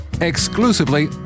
exclusively